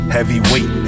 Heavyweight